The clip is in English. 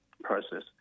process